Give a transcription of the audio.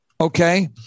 okay